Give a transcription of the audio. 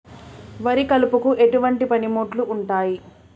వరి కలుపుకు ఎటువంటి పనిముట్లు ఉంటాయి?